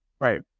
Right